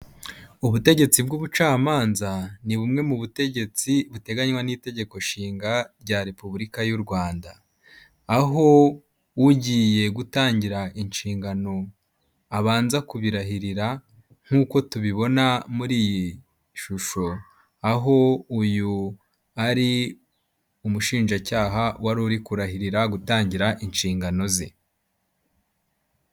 Ubutegetsi bw'ubucamanza ni bumwe mu butegetsi buteganywa n'itegeko nshinga rya repubulika y'u Rwanda, aho ugiye gutangira inshingano abanza kubirahirira nkuko tubibona muri iyi shusho, aho uyu ari umushinjacyaha wari uri kurahirira gutangira inshingano ze.